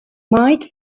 made